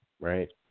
right